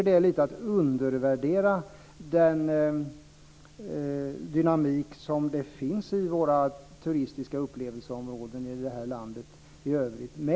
Det är lite att undervärdera den dynamik som finns i våra turistiska upplevelseområden i landet.